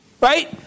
Right